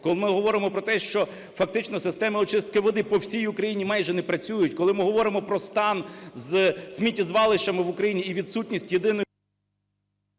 коли ми говоримо про те, що фактично система очистки води по всій Україні майже не працює, коли ми говоримо про стан з сміттєзвалищами в Україні і відсутність єдиної...